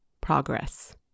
progress